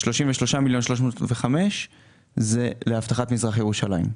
33,305 מיליון לאבטחת מזרח ירושלים.